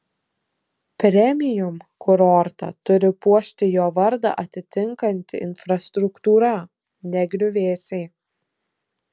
premium kurortą turi puošti jo vardą atitinkanti infrastruktūra ne griuvėsiai